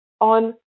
on